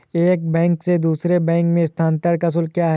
एक बैंक से दूसरे बैंक में स्थानांतरण का शुल्क क्या है?